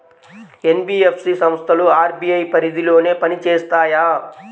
NBFC సంస్థలు RBI పరిధిలోనే పని చేస్తాయా?